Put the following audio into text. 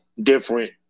different